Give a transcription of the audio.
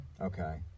Okay